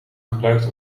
gebruikt